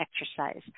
exercise